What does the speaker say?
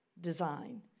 design